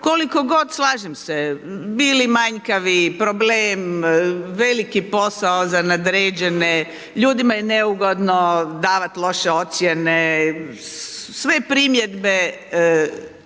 koliko god, slažem se bili manjkavi, problem, veliki posao za nadređene, ljudima je neugodno davati loše ocjene, sve primjedbe